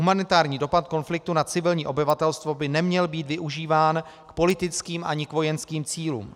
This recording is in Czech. Humanitární dopad konfliktu na civilní obyvatelstvo by neměl být využíván k politickým ani k vojenským cílům.